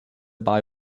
buy